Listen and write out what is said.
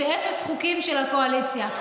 ואפס חוקים של הקואליציה.